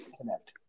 connect